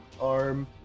arm